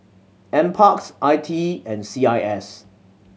Nparks I T E and C I S